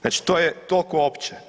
Znači to je toliko uopće.